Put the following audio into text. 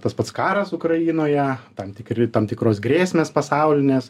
tas pats karas ukrainoje tam tikri tam tikros grėsmės pasaulinės